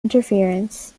interference